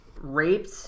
raped